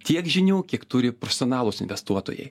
tiek žinių kiek turi profesionalūs investuotojai